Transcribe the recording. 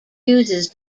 uses